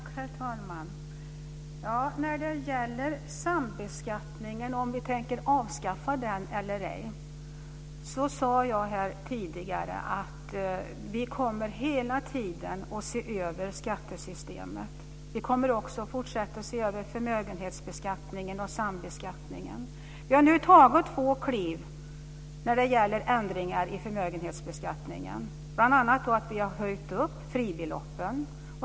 Herr talman! När det gäller frågan om vi tänker avskaffa sambeskattningen eller ej sade jag här tidigare att vi kommer hela tiden att se över skattesystemet. Vi kommer också att fortsätta att se över förmögenhetsbeskattningen och sambeskattningen. Vi har nu tagit två kliv när det gäller ändringar i förmögenhetsbeskattningen. Bl.a. har vi höjt fribeloppen.